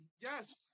yes